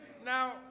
Now